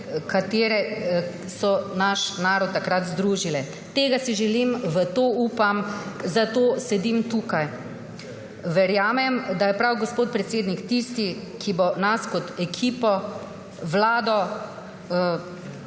ki so naš narod takrat združile. Tega si želim, na to upam, zato sedim tukaj. Verjamem, da je prav gospod predsednik tisti, ki bo nas kot ekipo, Vlado,